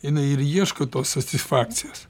jinai ir ieško tos satisfakcijos